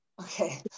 Okay